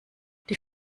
die